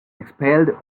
expelled